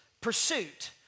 pursuit